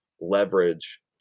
leverage